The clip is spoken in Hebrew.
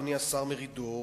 אדוני השר מרידור,